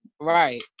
Right